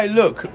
look